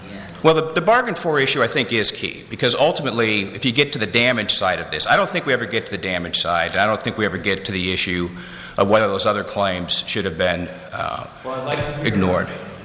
so we'll well the bargain for issue i think is key because ultimately if you get to the damage side of this i don't think we ever get to the damage side i don't think we ever get to the issue of whether those other claims should have been ignored